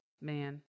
man